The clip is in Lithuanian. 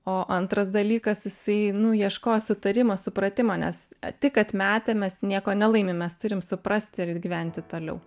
o antras dalykas jisai nu ieškojo sutarimo supratimo nes tik atmetę mes nieko nelaimim mes turim suprasti ir gyventi toliau